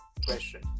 question